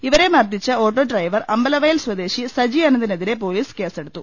ഇവരെ മർദ്ദിച്ചു auto driver Ambalavayal സ്വദേശി സജി അനന്തിനെതിരെ പൊലീസ് കേസെടുത്തു